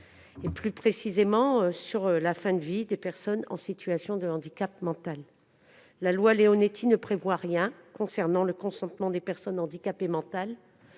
et, plus précisément, sur la fin de vie des personnes en situation de handicap mental. La loi Leonetti ne prévoit rien concernant le consentement des personnes handicapées mentales.